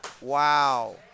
Wow